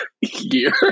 year